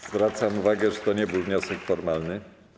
Zwracam uwagę, że to nie był wniosek formalny.